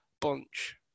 bunch